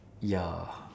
ya